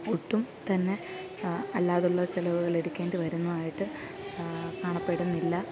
ഒട്ടും തന്നെ അല്ലാതുള്ള ചെലവുകൾ എടുക്കേണ്ടി വരുന്നതായിട്ട് കാണപ്പെടുന്നില്ല